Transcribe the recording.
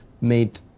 made